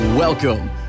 Welcome